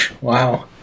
Wow